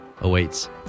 awaits